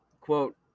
quote